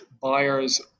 buyers